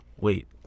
Wait